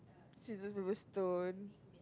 scissors paper stone